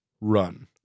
Run